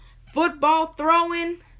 football-throwing